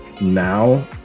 now